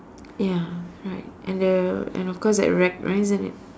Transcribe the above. ya right and the and of course that rack right isn't it